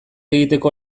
egiteko